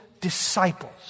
disciples